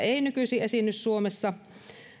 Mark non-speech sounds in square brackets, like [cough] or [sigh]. [unintelligible] ei nykyisin esiinny suomessa